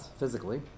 physically